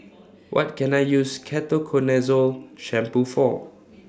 What Can I use Ketoconazole Shampoo For